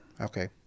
Okay